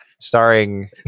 starring